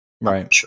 right